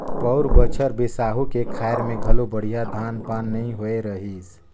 पउर बछर बिसाहू के खायर में घलो बड़िहा धान पान नइ होए रहीस